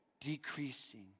decreasing